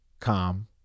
calm